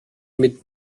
mit